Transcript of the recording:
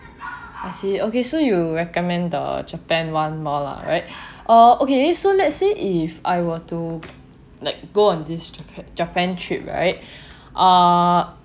I see okay so you recommend the japan one more lah right uh okay so let's say if I were to like go on this ja~ japan trip right err